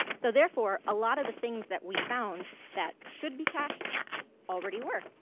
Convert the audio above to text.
so therefore, a lot of the things that we found that should be cached already were,